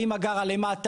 האמא גרה למטה.